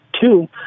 Two